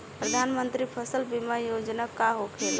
प्रधानमंत्री फसल बीमा योजना का होखेला?